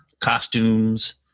costumes